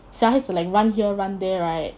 小孩子 like run here run there right